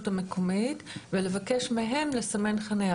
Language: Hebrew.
המקומית ולבקש מהם לסמן חניה,